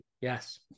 Yes